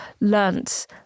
learnt